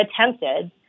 attempted